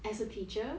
as a teacher